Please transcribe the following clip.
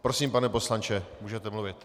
Prosím, pane poslanče, můžete mluvit.